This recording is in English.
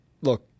Look